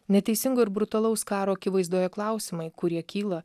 neteisingu ir brutalaus karo akivaizdoje klausimai kurie kyla